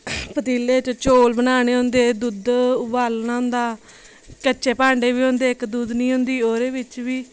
पतीले च चौल बनाने होंदे दुद्ध उबालना होंदा कच्चे भांडे बी होंदे इक दूधनी होंदी ओह्दे बिच्च बी